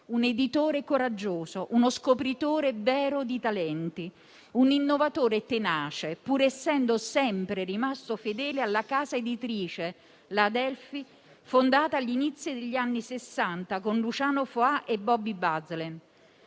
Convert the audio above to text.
un editore coraggioso, uno scopritore vero di talenti, un innovatore tenace, pur essendo sempre rimasto fedele alla casa editrice, la Adelphi, fondata agli inizi degli anni '60 con Luciano Foà e Bobi Bazlen.